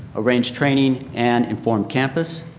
arrange training and inform campus.